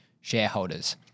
shareholders